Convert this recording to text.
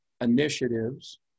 initiatives